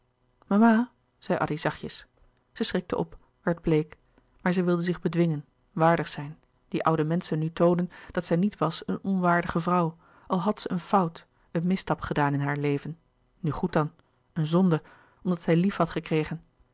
mama zeide addy zachtjes zij schrikte op werd bleek maar zij wilde zich bedwingen waardig zijn die oude menschen nu toonen dat zij niet was een onwaardige vrouw al had zij een fout een misstap gedaan in haar leven nu goed dan een zonde omdat zij lief had gekregen